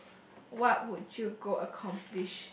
what would you go accomplish